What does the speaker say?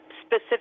specific